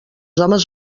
homes